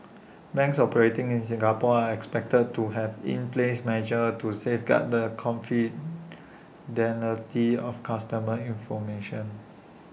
banks operating in Singapore are expected to have in place measures to safeguard the of customer information